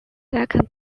second